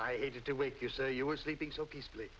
added to wake you say you were sleeping so peacefully